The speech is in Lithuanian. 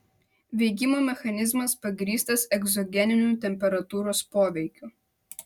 veikimo mechanizmas pagrįstas egzogeniniu temperatūros poveikiu